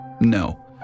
No